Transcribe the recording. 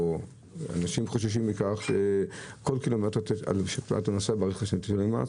אנשים חוששים מכך שעל כל קילומטר שייסעו ברכב צריך לשלם מס.